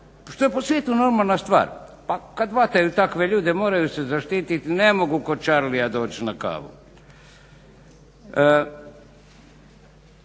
što je po svijetu normalna stvar. Pa kad hvataju takve ljude moraju se zaštiti. Ne mogu kod Charlia doć na kavu.